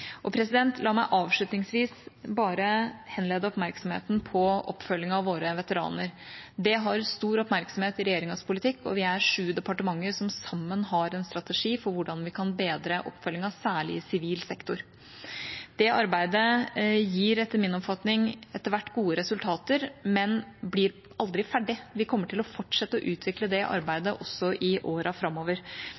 La meg avslutningsvis bare henlede oppmerksomheten på oppfølgingen av våre veteraner. Det får stor oppmerksomhet i regjeringas politikk, og vi er sju departementer som sammen har en strategi for hvordan vi kan bedre oppfølgingen, særlig i sivil sektor. Det arbeidet gir etter min oppfatning etter hvert gode resultater, men blir aldri ferdig. Vi kommer til å fortsette å utvikle det